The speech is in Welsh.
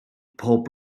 pob